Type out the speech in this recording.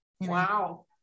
Wow